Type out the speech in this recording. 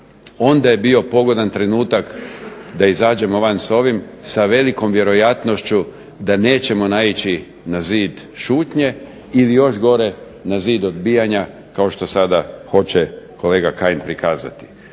onda je bio pogodan trenutak da izađemo van s ovim, sa velikom vjerojatnošću da nećemo naići na zid šutnje, ili još gore na zid odbijanja kao što sada hoće kolega Kajin prikazati.